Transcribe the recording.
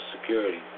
Security